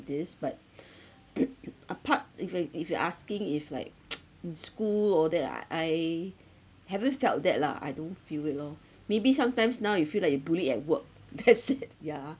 this but apart if you if you are asking if like in school all that ah I haven't felt that lah I don't feel it lor maybe sometimes now you feel like you're bullied at work that's it yeah